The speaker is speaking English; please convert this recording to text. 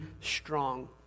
strong